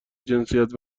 جنسیت